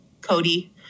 Cody